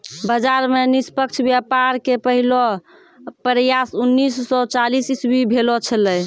बाजार मे निष्पक्ष व्यापार के पहलो प्रयास उन्नीस सो चालीस इसवी भेलो छेलै